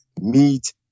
meat